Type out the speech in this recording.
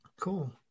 cool